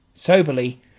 soberly